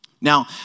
Now